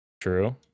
True